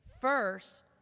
First